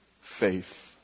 faith